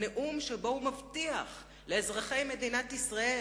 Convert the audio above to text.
הנאום שבו הוא מבטיח לאזרחי מדינת ישראל